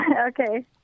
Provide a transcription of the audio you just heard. Okay